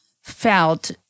felt